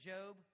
Job